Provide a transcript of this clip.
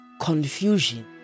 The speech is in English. confusion